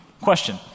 question